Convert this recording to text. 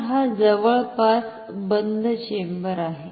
तर हा जवळपास बंद चेंबर आहे